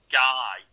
guy